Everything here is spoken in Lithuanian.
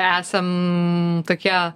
esam tokie